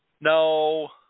No